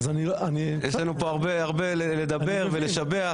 יש לנו פה הרבה לדבר ולשבח,